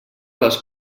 les